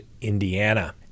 Indiana